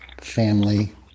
family